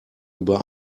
über